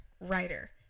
writer